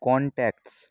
contacts